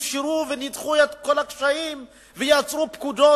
אפשרו וניתחו את כל הקשיים ויצרו פקודות,